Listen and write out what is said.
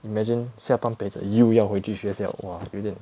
imagine 下半辈子又要回去学校 !wah! 有点